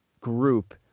group